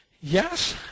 Yes